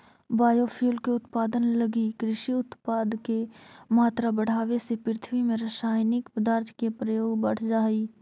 biofuel के उत्पादन लगी कृषि उत्पाद के मात्रा बढ़ावे से पृथ्वी में रसायनिक पदार्थ के प्रयोग बढ़ जा हई